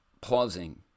Pausing